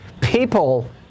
people